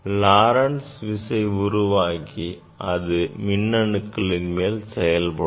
Lorentz விசை உருவாகி அது இந்த மின்னணுக்களின் மேல் செயல்படும்